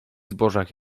zbożach